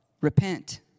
Repent